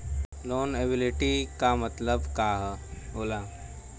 Loan eligibility का मतलब का होला?